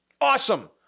Awesome